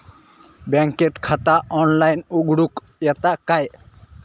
बँकेत खाता ऑनलाइन उघडूक येता काय?